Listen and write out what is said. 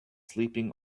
sleeping